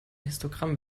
histogramm